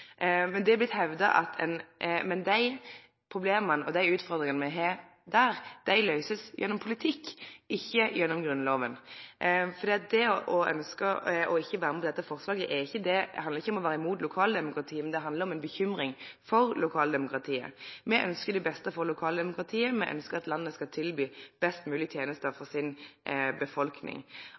Men dei problema og dei utfordringane me har der, løysast gjennom politikk, ikkje gjennom grunnlova. Det å ønskje å ikkje verne om dette forslaget handlar ikkje om å vere imot lokaldemokratiet, men det handlar om ei bekymring for lokaldemokratiet. Me ønskjer det beste for lokaldemokratiet. Me ønskjer at landet skal tilby best mogleg tenester for